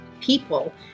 people